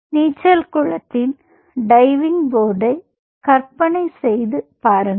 நீச்சல் குளத்தின் டைவிங் போர்டை கற்பனை செய்து பாருங்கள்